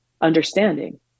understanding